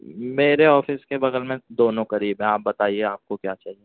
میرے آفس کے بغل میں دونوں قریب ہیں آپ بتائیے آپ کو کیا چاہیے